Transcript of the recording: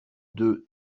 deux